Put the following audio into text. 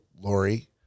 Lori